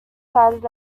cited